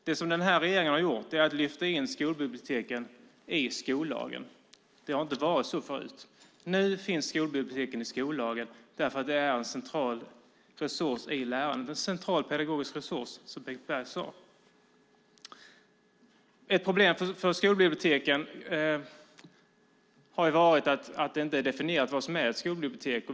Det som den här regeringen har gjort är att lyfta in skolbiblioteken i skollagen. Det har inte varit så förut. Nu finns skolbiblioteken i skollagen därför att de är en central pedagogisk resurs i lärandet, som Bengt Berg sade. Ett problem för skolbiblioteken har ju varit att det inte är definierat vad som är ett skolbibliotek.